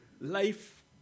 life